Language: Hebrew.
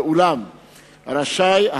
ואולם השר רשאי,